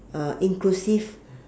uh inclusive